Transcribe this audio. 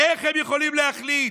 איך הם יכולים להחליט?